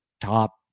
top